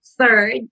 Third